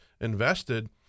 invested